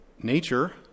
nature